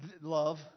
Love